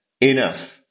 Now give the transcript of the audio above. enough